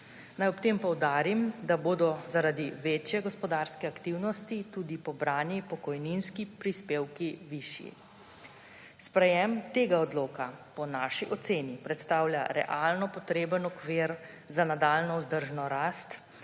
Naj ob tem poudarim, da bodo zaradi večje gospodarske aktivnosti tudi pobrani pokojninski prispevki višji. Sprejetje tega odloka po naši oceni predstavlja realno potreben okvir za nadaljnjo vzdržno rast